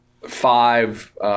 five –